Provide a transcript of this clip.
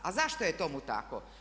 A zašto je tomu tako?